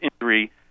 injury